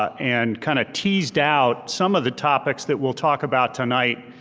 ah and kind of teased out some of the topics that we'll talk about tonight.